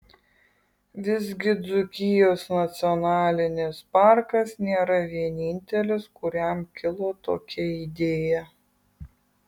visgi dzūkijos nacionalinis parkas nėra vienintelis kuriam kilo tokia idėja